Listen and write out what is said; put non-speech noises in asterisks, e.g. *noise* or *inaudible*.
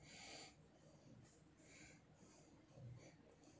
*breath*